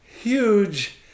huge